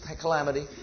calamity